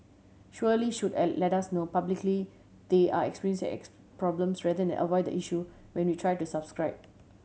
surely should let us know publicly they're experience problems rather than avoid the issue when we try to subscribe